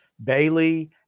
Bailey